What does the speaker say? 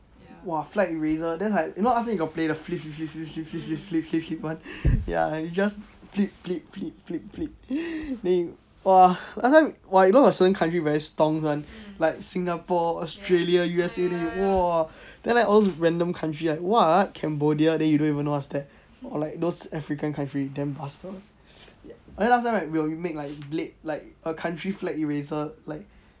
!wah! flag eraser that's like you know last time got play the flip flip flip flip flip flip flip flip flip one ya you just flip flip flip flip flip then you !wah! last time !wah! you know got certain country very stones one like singapore australia U_S_A then you !wah! then like all thoese random country like what cambodia then you don't even know what's that or like those african coutry damn bastard and last time we will make like blade like a country flag eraser like